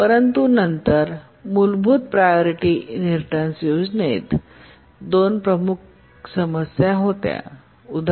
परंतु नंतर मुलभूत प्रायोरिटी इनहेरिटेन्स योजनेत दोन प्रमुख समस्या होती उदा